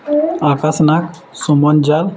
ଆକାଶ ନାଗ ସୁମନ ଜାଲ